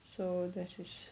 so there's it's